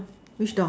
which door